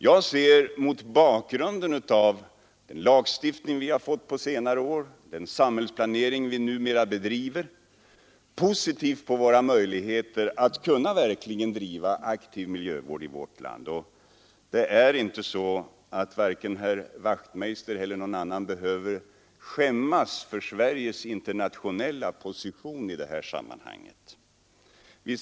Jag ser mot bakgrunden av den lagstiftning vi har fått på senare år och den samhällsplanering vi numera bedriver positivt på våra möjligheter att verkligen driva aktiv miljövård i vårt land. Varken herr Wachtmeister i Johannishus eller någon annan behöver skämmas för Sveriges internationella position i det här sammanhanget.